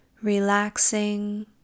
relaxing